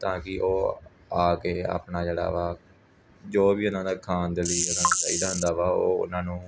ਤਾਂ ਕਿ ਉਹ ਆ ਕੇ ਆਪਣਾ ਜਿਹੜਾ ਵਾ ਜੋ ਵੀ ਉਹਨਾਂ ਦਾ ਖਾਣ ਦੇ ਲਈ ਉਹਨਾਂ ਨੂੰ ਚਾਹੀਦਾ ਹੁੰਦਾ ਵਾ ਉਹ ਉਹਨਾਂ ਨੂੰ